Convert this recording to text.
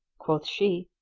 quoth she,